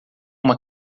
uma